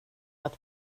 att